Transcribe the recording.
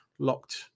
locked